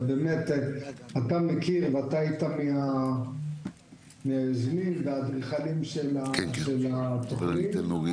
אתה מכיר ואתה היית מהיוזמים והאדריכלים של התכנית.